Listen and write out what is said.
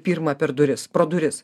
pirmą per duris pro duris